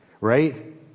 right